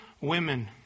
women